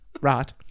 Right